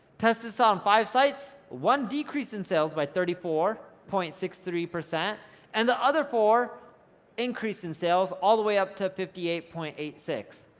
tested this on five sites. one decrease in sales by thirty four point six three, and the other four increased in sales, all the way up to fifty eight point eight six.